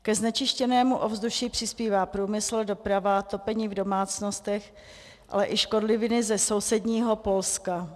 Ke znečištěnému ovzduší přispívá průmysl, doprava, topení v domácnostech, ale i škodliviny ze sousedního Polska.